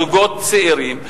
זוגות צעירים.